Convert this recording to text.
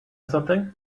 something